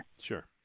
Sure